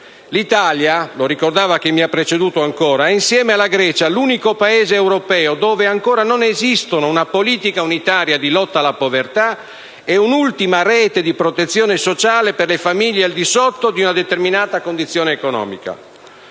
L'Italia - lo ricordava ancora chi mi ha preceduto - è, insieme alla Grecia, l'unico Paese europeo dove ancora non esistono una politica unitaria di lotta alla povertà e un'ultima rete di protezione sociale per le famiglie al di sotto di una determinata condizione economica.